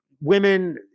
Women